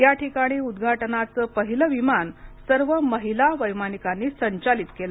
या ठिकाणी उद्घाटनाचे पहिले विमान सर्व महिला वैमानिकांनी संचालित केले